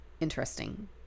interesting